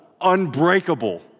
unbreakable